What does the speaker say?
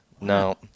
no